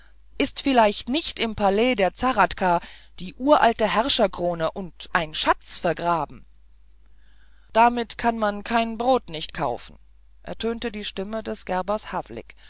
ist vielleicht nicht im palais der zahradka die uralte herrscherkrone und ein schatz vergraben damit kann man kein brot nicht kaufen ertönte die stimme des